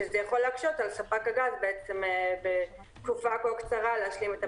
שזה יכול להקשות על ספק הגז בתקופה כה קצרה להשלים את הבדיקה.